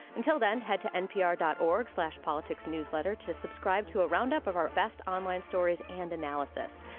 until then, head to npr dot org slash politicsnewsletter to subscribe to a roundup of our best online stories and analysis.